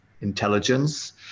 intelligence